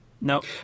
Nope